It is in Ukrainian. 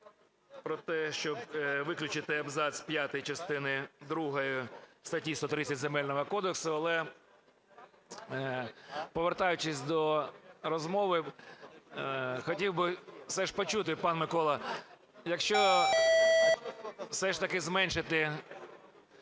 про те, щоб виключити абзац п'ятий частини другої статті 130 Земельного кодексу. Але, повертаючись до розмови, хотів би все ж почути, пане Миколо, якщо все ж таки зменшити